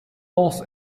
los